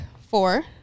four